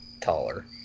taller